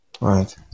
Right